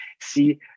see